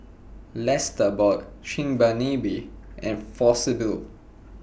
Lesta bought Chigenabe and For Sybil